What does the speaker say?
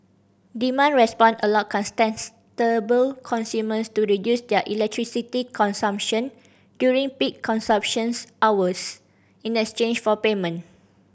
demand response allow contestable consumers to reduce their electricity consumption during peak consumptions hours in exchange for payment